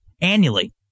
annually